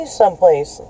someplace